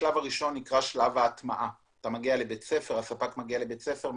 השלב הראשון הוא שלב ההטמעה - הספק מגיע לבית ספר,